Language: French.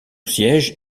siège